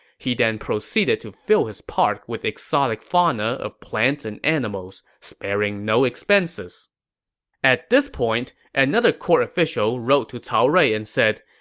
he then proceeded to fill his park with exotic fauna of plants and animals, sparing no expenses at this point, another court official wrote to cao rui and said,